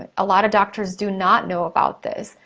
ah a lot of doctors do not know about this,